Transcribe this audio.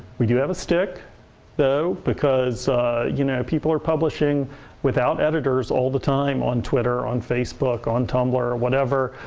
we do have a stick though because you know, people are publishing without editors all the time on twitter, on facebook, on tumblr or whatever.